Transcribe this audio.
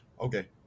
Okay